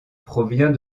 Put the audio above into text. provient